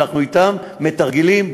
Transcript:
אנחנו מתרגלים אתם,